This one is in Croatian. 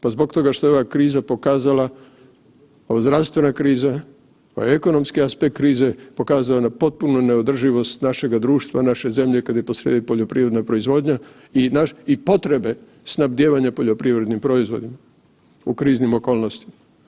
Pa zbog toga što je ova kriza pokazala, pa zdravstvena kriza, pa ekonomski aspekt krize, pokazao na potpunu neodrživost našega društva, naše zemlje kad je po srijedi poljoprivredna proizvodnja i potrebe snabdijevanja poljoprivrednim proizvodima u kriznim okolnostima.